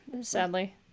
sadly